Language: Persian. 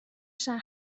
شهر